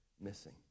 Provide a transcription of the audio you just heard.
missing